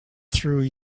through